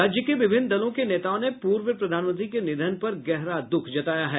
राज्य के विभिन्न दलों के नेताओं ने पूर्व प्रधानमंत्री के निधन पर गहरा दुःख जताया है